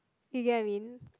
you get what I mean